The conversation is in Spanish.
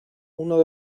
uno